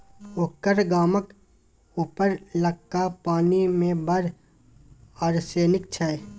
ओकर गामक उपरलका पानि मे बड़ आर्सेनिक छै